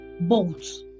Boats